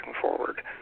forward